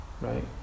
right